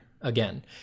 again